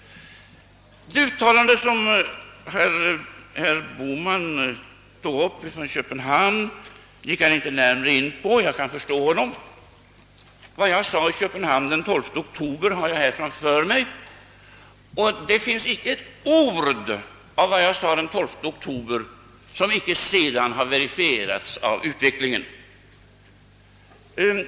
Herr Bohman gick inte närmare in på det uttalande som jag gjorde i Köpenhamn, och jag kan förstå honom. Vad jag sade i Köpenhamn den 12 oktober 1966 har jag här framför mig och jag kan garantera, att det inte finns ett ord i detta anförande som inte sedan verifierats av utvecklingen.